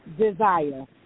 desire